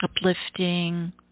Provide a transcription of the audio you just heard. Uplifting